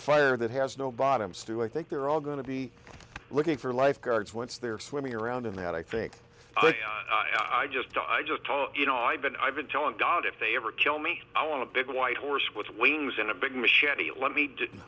of fire that has no bottom stu i think they're all going to be looking for lifeguards once they're swimming around in that i think i just i just you know i've been i've been telling god if they ever kill me i want to big white horse with wings and a big machete when we didn't